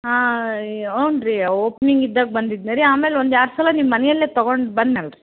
ಹಾಂ ಹ್ಞೂ ರೀ ಓಪ್ನಿಂಗ್ ಇದ್ದಾಗ ಬಂದಿದ್ನ ರೀ ಆಮೇಲೆ ಒಂದು ಎರಡು ಸಲ ನಿಮ್ಮ ಮನೆಯಲ್ಲೇ ತೊಗೊಂಡು ಬಂದ್ನಲ್ಲ ರೀ